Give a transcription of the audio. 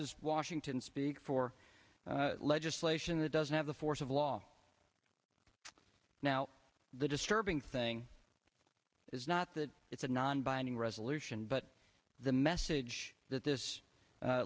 is washington speak for legislation that doesn't have the force of law now the disturbing thing is not that it's a non binding resolution but the message that th